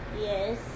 Yes